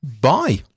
Bye